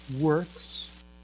works